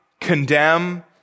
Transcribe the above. condemn